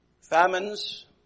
Famines